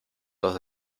dos